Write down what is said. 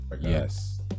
Yes